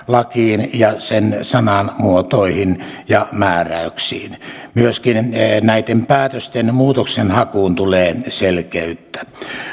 lakiin ja sen sanamuotoihin ja määräyksiin myöskin näiden päätösten muutoksenhakuun tulee selkeyttä